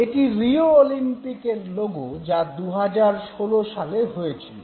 এটি রিও ওলিম্পিকের লোগো যা ২০১৬ সালে হয়েছিল